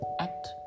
act